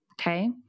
Okay